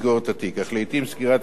אך לעתים סגירת התיק מצד,